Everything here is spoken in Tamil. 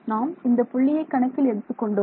நாம் இந்த புள்ளியை கணக்கில் எடுத்துக் கொண்டோம்